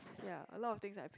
ya a lot of things I paid